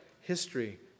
history